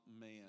man